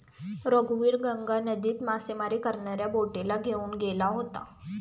रघुवीर गंगा नदीत मासेमारी करणाऱ्या बोटीला घेऊन गेला होता